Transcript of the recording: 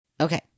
Okay